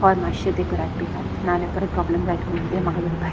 हय मातशें ते करात पे हां नाल्या परत प्रोब्लेम जायत म्हणून ते म्हाका धरपा येयत